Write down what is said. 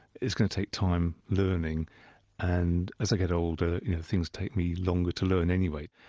it's going to take time learning and as i get older things take me longer to learn anyway.